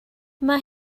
mae